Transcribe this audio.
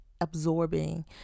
absorbing